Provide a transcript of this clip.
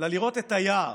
אלא לראות את היער,